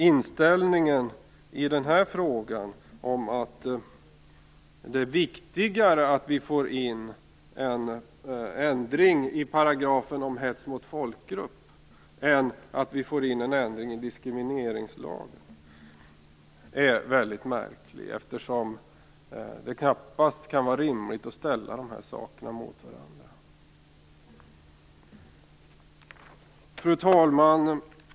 Inställningen i frågan, att det är viktigare att vi får in en ändring i paragrafen om hets mot folkgrupp än att vi får in en ändring i diskrimineringslagen, är väldigt märklig. Det kan knappast vara rimligt att ställa de här sakerna mot varandra. Fru talman!